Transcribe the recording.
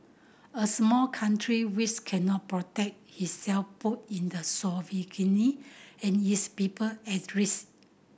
a small country which cannot protect itself put in the sovereignty and its people at risk